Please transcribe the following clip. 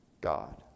God